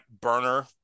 burner